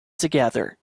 together